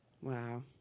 Wow